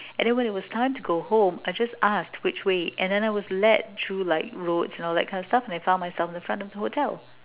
and when it was time to go home I just asked which way and then I was led through like roads and all that kinds of stuff and I found myself at the front of the hotel